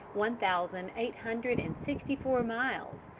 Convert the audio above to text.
one thousand eight hundred and sixty-four miles,